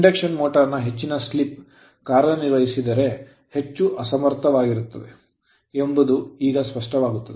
induction motor ನ ಹೆಚ್ಚಿನ slip slip ಕಾರ್ಯನಿರ್ವಹಿಸಿದರೇ ಹೆಚ್ಚು ಅಸಮರ್ಥವಾಗಿರುತ್ತದೆ ಎಂಬುದು ಈಗ ಸ್ಪಷ್ಟವಾಗುತ್ತದೆ